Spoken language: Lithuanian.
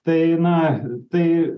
tai na tai